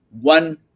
one